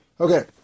Okay